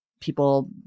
People